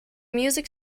music